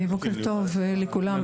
בוקר טוב לכולם,